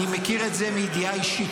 אני מכיר את זה מידיעה אישית,